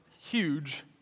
huge